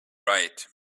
right